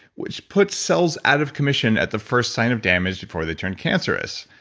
which puts cells out of commission at the first sign of damage before they turn cancerous.